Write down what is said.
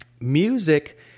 music